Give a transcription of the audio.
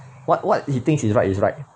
what what he thinks he's right is right